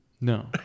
No